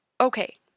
Okay